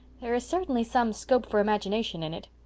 there is certainly some scope for imagination in it.